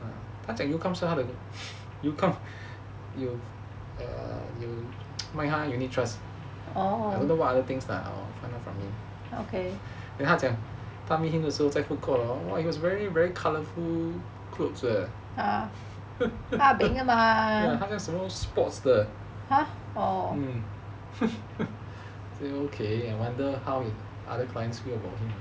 他讲 yu kang 是他的有卖他 unit trust I don't know what other things lah I will find out from him then 他讲他们 meet 的时候在 food court hor he was wearing very very colourful clothes leh 没有他 wear 什么 sports 的 okay okay I wonder how other clients feel about him